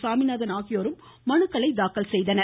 சாமிநாதன் ஆகியோரும் மனுக்களை தாக்கல் செய்தனர்